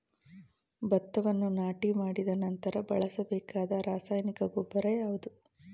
ಭತ್ತವನ್ನು ನಾಟಿ ಮಾಡಿದ ನಂತರ ಬಳಸಬೇಕಾದ ರಾಸಾಯನಿಕ ಗೊಬ್ಬರ ಯಾವುದು?